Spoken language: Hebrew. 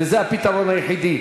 וזה הפתרון היחיד.